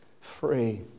Free